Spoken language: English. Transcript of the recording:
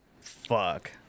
fuck